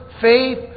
faith